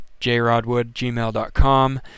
jrodwoodgmail.com